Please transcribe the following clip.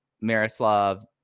Miroslav